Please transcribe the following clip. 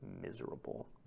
miserable